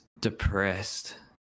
depressed